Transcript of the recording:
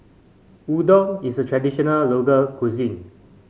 udon is a traditional local cuisine